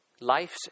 life's